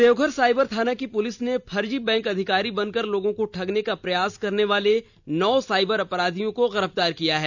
Deoghar cyber थाना की पुलिस ने फर्जी बैंक अधिकारी बनकर लोगों को ठगने का प्रयास करने वाले नौ साइबर अपराधियों को र्गिरफ्तार किया है